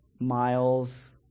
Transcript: miles